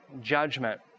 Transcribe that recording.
judgment